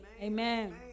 Amen